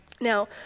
Now